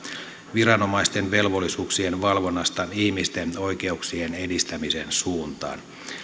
viranomaisten velvollisuuksien valvonnasta ihmisten oikeuksien edistämisen suuntaan